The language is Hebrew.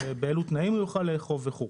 באילו תנאים יוכל לאכוף וכו'.